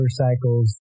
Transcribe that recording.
motorcycles